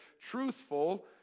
truthful